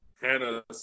Hannah